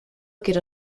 quiero